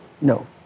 No